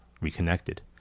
reconnected